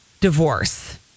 divorce